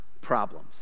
problems